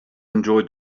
enjoy